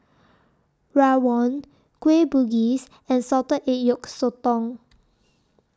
Rawon Kueh Bugis and Salted Egg Yolk Sotong